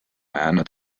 jäänud